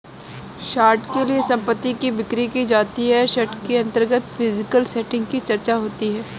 short के लिए संपत्ति की बिक्री की जाती है शॉर्ट के अंतर्गत फिजिकल सेटिंग की चर्चा होती है